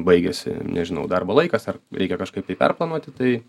baigėsi nežinau darbo laikas ar reikia kažkaip perplanuoti tai